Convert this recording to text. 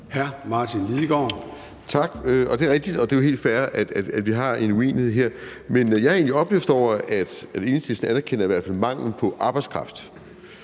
17:00 Martin Lidegaard (RV): Tak. Det er rigtigt, og det er jo helt fair, at vi har en uenighed her. Men jeg er egentlig opløftet over, at Enhedslisten i hvert fald anerkender manglen på arbejdskraft.